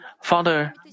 Father